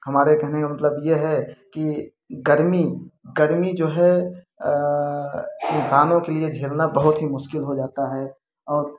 हमारे कहने का मतलब ये है कि गर्मी गर्मी जो है इंसानों के लिए झेलना बहुत हीं मुश्किल हो जाता है और